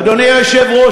אדוני היושב-ראש,